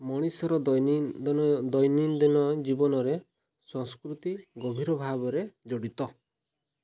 ମଣିଷର ଦୈନନ୍ଦିନ ଦୈନନ୍ଦିନ ଜୀବନରେ ସଂସ୍କୃତି ଗଭୀର ଭାବରେ ଜଡ଼ିତ